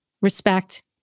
respect